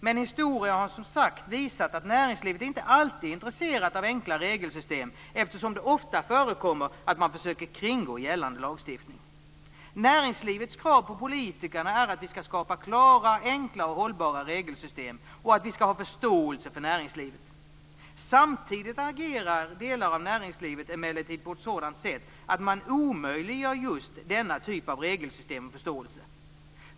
Men historien har visat att näringslivet inte alltid är intresserat av enkla regelsystem, eftersom det ofta förekommer att man försöker kringgå gällande lagstiftning. Näringslivets krav på politikerna är att vi skall skapa klara, enkla och hållbara regelsystem och att vi skall ha förståelse för näringslivet. Samtidigt agerar delar av näringslivet emellertid på ett sådant sätt att man omöjliggör just denna typ av regelsystem och förståelse.